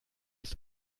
ist